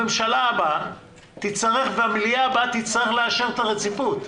הממשלה הבאה והמליאה הבאה תצטרך לאשר את הרציפות.